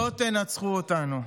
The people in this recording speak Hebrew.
לא תנצחו אותנו.